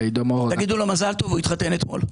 תגידו לו מזל טוב, הוא התחתן אתמול.